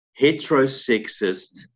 heterosexist